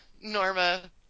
Norma